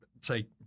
say